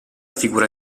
figura